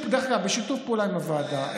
בשיתוף פעולה עם הוועדה.